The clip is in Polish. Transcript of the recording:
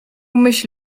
myśl